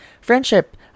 friendship